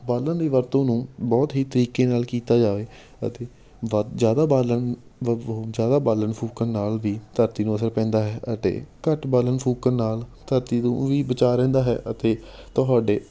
ਬਾਲਣ ਦੀ ਵਰਤੋਂ ਨੂੰ ਬਹੁਤ ਹੀ ਤਰੀਕੇ ਨਾਲ ਕੀਤਾ ਜਾਵੇ ਅਤੇ ਵੱ ਜ਼ਿਆਦਾ ਬਾਲਣ ਜ਼ਿਆਦਾ ਬਾਲਣ ਫੂਕਣ ਨਾਲ ਵੀ ਧਰਤੀ ਨੂੰ ਅਸਰ ਪੈਂਦਾ ਹੈ ਅਤੇ ਘੱਟ ਬਾਲਣ ਫੂਕਣ ਨਾਲ ਧਰਤੀ ਨੂੰ ਵੀ ਬਚਾਅ ਰਹਿੰਦਾ ਹੈ ਅਤੇ ਤੁਹਾਡੇ